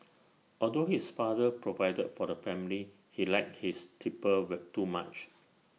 although his father provided for the family he liked his tipple were too much